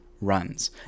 runs